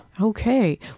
Okay